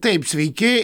taip sveiki